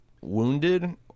wounded